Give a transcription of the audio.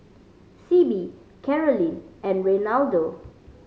Sibbie Caroline and Reinaldo